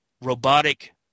robotic